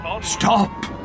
Stop